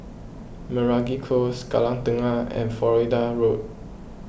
Meragi Close Kallang Tengah and Florida Road